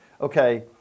okay